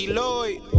Lloyd